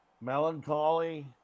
Melancholy